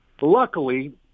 luckily